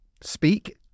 speak